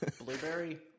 blueberry